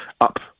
up